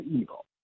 evil